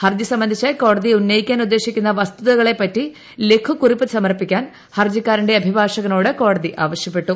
ഹർജി സംബന്ധിച്ച് കോടതിയിൽ ഉന്നയിക്കാൻ ഉദ്ദേശിക്കുന്ന വസ്തുതകളെ പറ്റി ലഘു കൂറിപ്പ് സമർപ്പിക്കാൻ ഹർജ്ജിക്കാരന്റെ അഭിഭാഷകനോട് കോടതി ആവശ്യപ്പെട്ടു